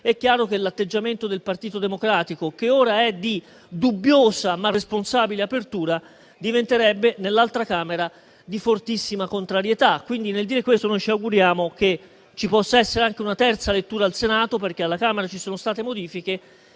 è chiaro che l'atteggiamento del Partito Democratico, che ora è di dubbiosa, ma responsabile apertura, diventerebbe nell'altra Camera di fortissima contrarietà. Nel dire questo, ci auguriamo quindi che ci possa essere anche una terza lettura al Senato, perché alla Camera ci saranno state modifiche,